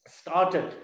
started